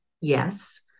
Yes